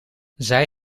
zij